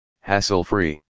hassle-free